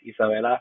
Isabela